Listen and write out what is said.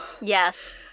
Yes